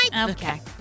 Okay